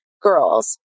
girls